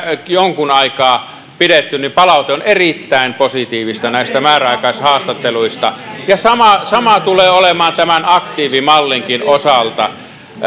on jonkun aikaa pidetty niin palaute on erittäin positiivista näistä määräaikaishaastatteluista ja sama sama tulee olemaan tämän aktiivimallinkin osalta